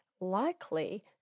likely